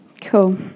Cool